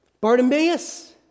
Bartimaeus